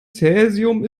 cäsium